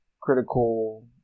Critical